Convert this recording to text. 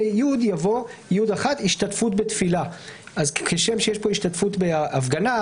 (י) יבוא: "(י1) השתתפות בתפילה,";" אז כשם שיש פה השתתפות בהפגנה,